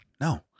No